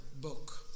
book